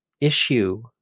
issue